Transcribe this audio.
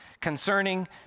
Concerning